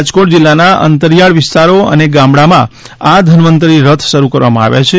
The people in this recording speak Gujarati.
રાજકોટ જિલ્લાના અંતરિયાળ વિસ્તારો અને ગામડાંમાં આ ધન્વતંરી રથ શરૂ કરવામાં આવ્યા છે